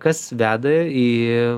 kas veda į